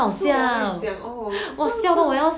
oo 是我跟你讲 oo 我真的